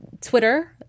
Twitter